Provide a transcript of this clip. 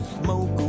smoke